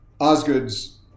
Osgood's